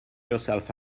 yourself